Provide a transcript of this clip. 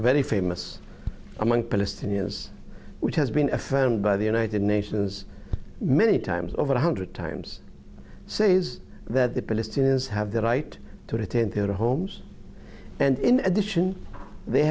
very famous among palestinians which has been affirmed by the united nations many times over one hundred times says that the palestinians have the right to attend their homes and in addition they